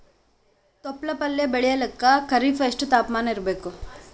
ತೊಪ್ಲ ಪಲ್ಯ ಬೆಳೆಯಲಿಕ ಖರೀಫ್ ಎಷ್ಟ ತಾಪಮಾನ ಇರಬೇಕು?